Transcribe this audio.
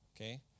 Okay